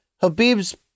Habib's